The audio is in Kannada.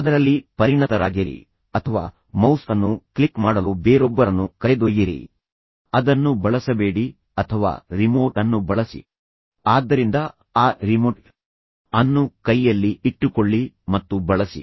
ಅದರಲ್ಲಿ ಪರಿಣತರಾಗಿರಿ ಅಥವಾ ಮೌಸ್ ಅನ್ನು ಕ್ಲಿಕ್ ಮಾಡಲು ಬೇರೊಬ್ಬರನ್ನು ಕರೆದೊಯ್ಯಿರಿ ಅದನ್ನು ಬಳಸಬೇಡಿ ಅಥವಾ ರಿಮೋಟ್ ಅನ್ನು ಬಳಸಿ ಇತ್ತೀಚಿನ ದಿನಗಳಲ್ಲಿ ನೀವು ಪಿ ಪಿ ಟಿ ಯನ್ನು ಚಲಿಸಲು ರಿಮೋಟ್ ಅನ್ನು ಹೊಂದಿದ್ದೀರಿ ಆದ್ದರಿಂದ ಆ ರಿಮೋಟ್ ಅನ್ನು ಕೈಯಲ್ಲಿ ಇಟ್ಟುಕೊಳ್ಳಿ ಮತ್ತು ಬಳಸಿ